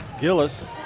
Gillis